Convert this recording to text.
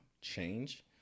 change